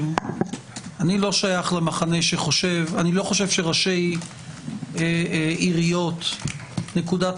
אני לא שייך למחנה שנקודת המוצא שלו היא שראשי עיריות מושחתים,